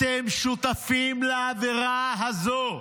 אתם שותפים לעבירה הזו.